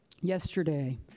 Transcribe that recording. Yesterday